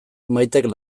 maitek